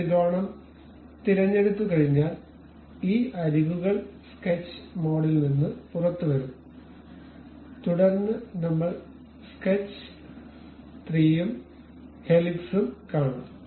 ഈ ത്രികോണം തിരഞ്ഞെടുത്തുകഴിഞ്ഞാൽ ഈ അരികുകൾ സ്കെച്ച് മോഡിൽ നിന്ന് പുറത്തുവരും തുടർന്ന് നമ്മൾ സ്കെച്ച് 3 ഉം ഹെലിക്സും കാണും